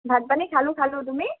ভাত পানী খালোঁ খালোঁ তুমি